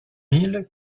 mille